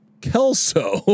Kelso